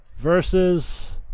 versus